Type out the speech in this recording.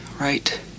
right